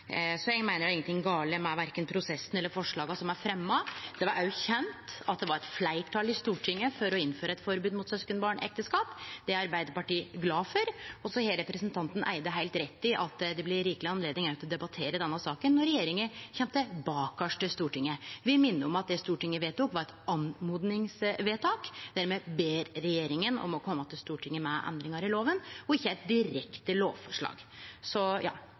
Så eg meiner det er ingenting gale med verken prosessen eller forslaga som er fremja. Det var òg kjent at det var eit fleirtal i Stortinget for å innføre eit forbod mot søskenbarnekteskap. Det er Arbeidarpartiet glad for. Og så har representanten Eide heilt rett i at det blir rikeleg anledning til å diskutere denne saka når regjeringa kjem tilbake til Stortinget. Eg vil minne om at det Stortinget vedtok, var eit oppmodingsvedtak, der me ber regjeringa om å kome til Stortinget med endringar i loven, og ikkje eit direkte lovforslag.